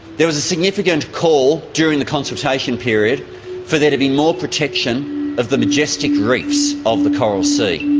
there was a significant call during the consultation period for there to be more protection of the majestic reefs of the coral sea.